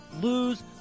lose